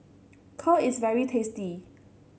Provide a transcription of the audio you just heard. kheer is very tasty